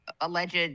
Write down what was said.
alleged